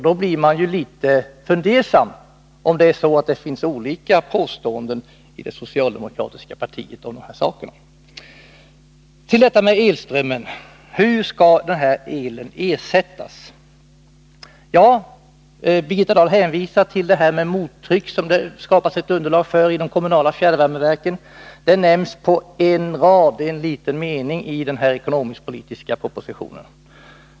Man blir litet fundersam om det finns olika meningar inom det socialdemokratiska partiet i den här frågan. Sedan: Hur skall den här elen ersättas? Birgitta Dahl hänvisar till mottryck, som det skapas underlag för inom de kommunala fjärrvärmeverken. Detta nämns i en liten mening i den ekonomisk-politiska propositionen.